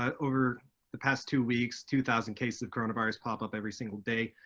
ah over the past two weeks, two thousand cases of coronavirus pop up every single day,